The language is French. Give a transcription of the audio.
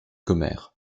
commères